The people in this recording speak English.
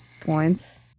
points